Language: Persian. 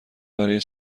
برای